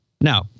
Now